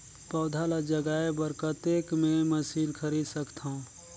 पौधा ल जगाय बर कतेक मे मशीन खरीद सकथव?